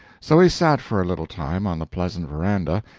so he sat for a little time on the pleasant veranda,